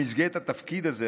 במסגרת התפקיד הזה,